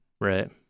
Right